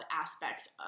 aspects